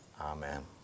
Amen